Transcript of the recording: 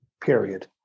period